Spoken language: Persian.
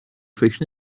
فکر